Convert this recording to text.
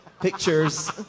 pictures